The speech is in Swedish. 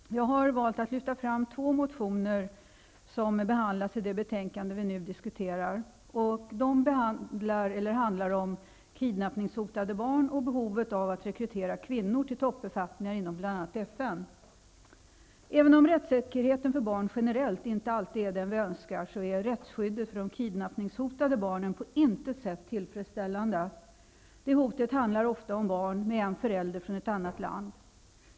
Herr talman! Jag har valt att lyfta fram två motioner som behandlas i det betänkande vi nu diskuterar, och de handlar om kidnappningshotade barn och behovet av att rekrytera kvinnor till toppbefattningar inom bl.a. FN. Även om rättssäkerheten för barn generellt inte alltid är den vi önskar, är rättsskyddet för de kidnappningshotade barnen på intet sätt tillfredsställande. Det hotet gäller ofta barn med en förälder från ett annat land.